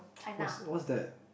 what's what's that